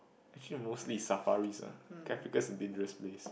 actually mostly is safaris ah Africa is a dangerous place